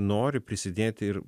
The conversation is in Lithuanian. nori prisidėti ir